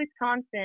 Wisconsin